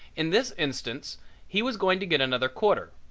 in this instance he was going to get another quarter,